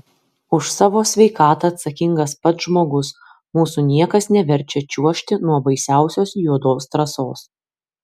už savo sveikatą atsakingas pats žmogus mūsų niekas neverčia čiuožti nuo baisiausios juodos trasos